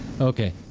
Okay